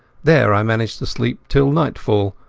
there i managed to sleep till nightfall,